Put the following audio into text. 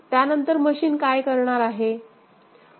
त्यानंतर मशीन काय करणार आहे